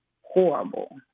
horrible